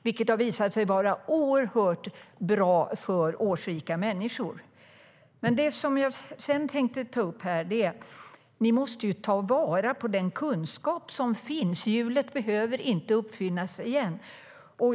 Det har visat sig vara oerhört bra för årsrika människor. Men det jag tänkte ta upp här är att ni måste ta vara på den kunskap som finns. Hjulet behöver inte uppfinnas igen.